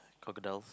crocodiles